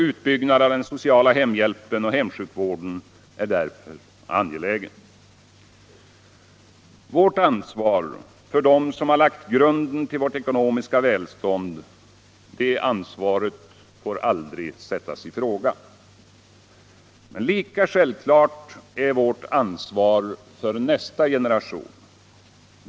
Utbyggnad av den sociala hemhjälpen och hemsjukvården är därför angelägen. Vårt ansvar för dem som har lagt grunden till vårt ekonomiska välstånd får aldrig sättas i fråga. Lika självklart är vårt ansvar för nästa generation.